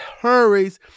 hurries